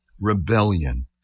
rebellion